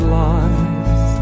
lies